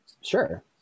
sure